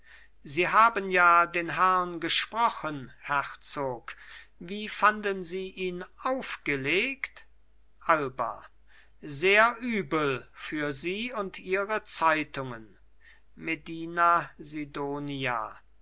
sie haben ja den herrn gesprochen herzog wie fanden sie ihn aufgelegt alba sehr übel für sie und ihre zeitungen medina